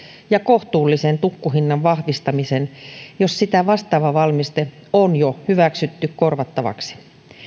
ja kohtuullisen tukkuhinnan vahvistamisen jos sitä vastaava valmiste on jo hyväksytty korvattavaksi